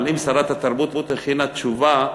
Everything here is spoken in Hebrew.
אבל אם שרת התרבות הכינה תשובה,